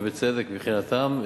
בצדק מבחינתם,